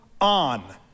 on